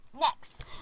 Next